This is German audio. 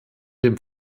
dem